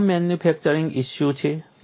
આ તમામ manufacturing issue છે